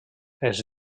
els